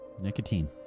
nicotine